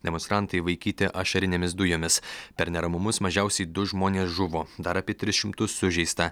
demonstrantai vaikyti ašarinėmis dujomis per neramumus mažiausiai du žmonės žuvo dar apie tris šimtus sužeista